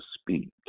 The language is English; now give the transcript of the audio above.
speak